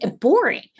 boring